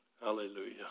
Hallelujah